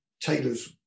Taylor's